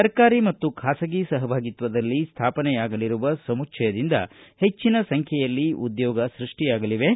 ಸರ್ಕಾರಿ ಮತ್ತು ಖಾಸಗಿ ಸಹಭಾಗಿತ್ವದಲ್ಲಿ ಸ್ಥಾಪನೆಯಾಗಲಿರುವ ಸಮುಚ್ವಯದಿಂದ ಹೆಚ್ಚನ ಸಂಖ್ಯೆಯಲ್ಲಿ ಉದ್ಯೋಗ ಸೃಷ್ಟಿಯಾಗಲಿವೆ